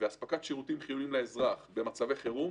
ואספקת שירותים חיוניים לאזרח במצבי חירום,